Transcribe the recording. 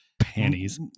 panties